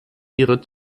ihre